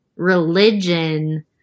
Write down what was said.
religion